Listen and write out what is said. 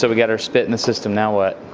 so we got our spit in the system now what?